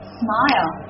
smile